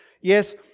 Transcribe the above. Yes